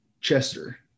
Chester